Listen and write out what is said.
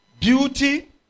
beauty